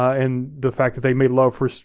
and the fact that they made love for